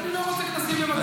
אני לא רוצה כנסים בבתי מלון,